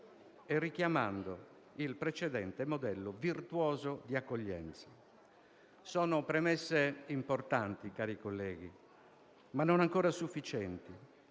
e richiamando il precedente modello virtuoso di accoglienza. Sono premesse importanti, cari colleghi, ma non ancora sufficienti.